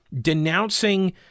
denouncing